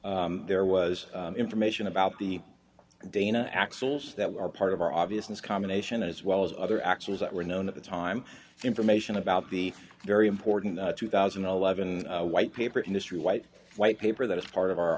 time there was information about the dana axles that were part of our obviousness combination as well as other actions that were known at the time information about the very important two thousand and eleven white paper industry white white paper that as part of our